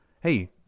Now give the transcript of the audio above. hey